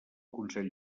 consell